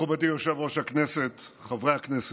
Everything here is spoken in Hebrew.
מכובדי יושב-ראש הכנסת, חברי הכנסת,